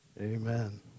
Amen